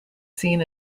seen